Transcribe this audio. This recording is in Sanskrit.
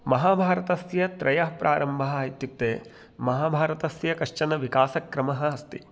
महाभारतस्य त्रयः प्रारम्भः इत्युक्ते महाभारतस्य कश्चन विकासक्रमः अस्ति